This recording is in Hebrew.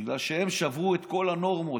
בגלל שהם שברו את כל הנורמות.